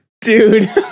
Dude